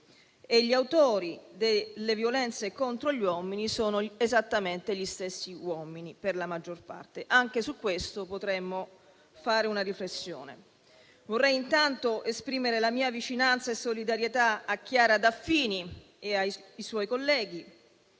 Gli autori delle violenze contro gli uomini sono esattamente gli stessi uomini, per la maggior parte; anche su questo potremmo fare una riflessione. Vorrei intanto esprimere la mia vicinanza e solidarietà a Chiara Daffini e ai suoi colleghi.